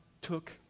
took